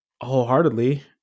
wholeheartedly